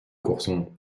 courson